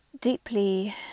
deeply